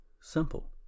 simple